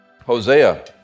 Hosea